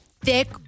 thick